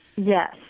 Yes